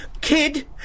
KID